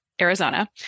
Arizona